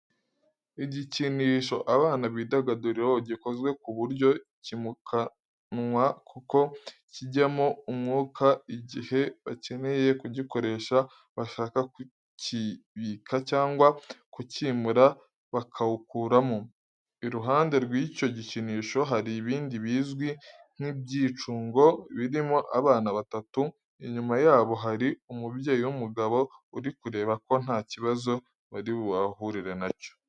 Igikinisho abana bidagaduriramo gikoze ku buryo kimukanwa kuko cyijyamo umwuka igihe bakeneye kugikoresha bashaka kukibika cyangwa kukimura bakawukuramo. Iruhande rw'icyo gikinisho hari ibindi bizwi nk'ibyicungo birimo abana batatu, inyuma yabo hari umubyeyi w'umugabo uri kureba ko nta kibazo bari buhure nacyo.